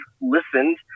listened